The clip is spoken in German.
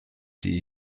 die